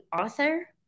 author